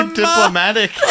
diplomatic